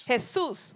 Jesus